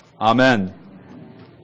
Amen